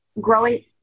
growing